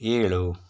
ಏಳು